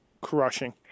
crushing